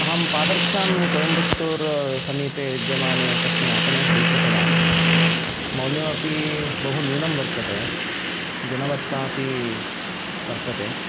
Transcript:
अहं पादरक्षां कोयम्बत्तुर्समीपे विद्यमाने एकस्मिन् आपणे स्वीकृतवान् मौल्यमपि बहुन्यूनं वर्तते गुणवत्ता अपि वर्तते